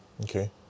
Okay